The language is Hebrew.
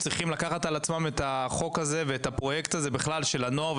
צריכים לקחת על עצמם את החוק הזה ואת הפרויקט הזה של הנוער,